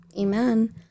amen